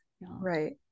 right